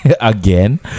again